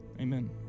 Amen